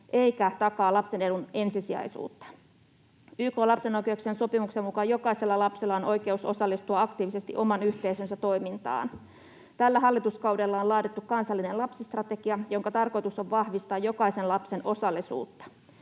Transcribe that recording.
eikä takaa lapsen edun ensisijaisuutta. YK:n lapsen oikeuksien sopimuksen mukaan jokaisella lapsella on oikeus osallistua aktiivisesti oman yhteisönsä toimintaan. Tällä hallituskaudella on laadittu kansallinen lapsistrategia, jonka tarkoitus on vahvistaa jokaisen lapsen osallisuutta.